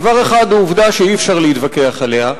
דבר אחד הוא עובדה שאי-אפשר להתווכח עליה,